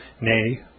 nay